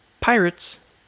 pirates